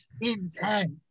intense